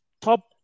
top